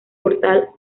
portal